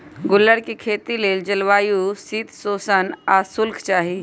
गुल्लर कें खेती लेल जलवायु शीतोष्ण आ शुष्क चाहि